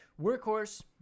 Workhorse